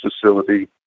facility